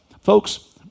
folks